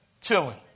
chilling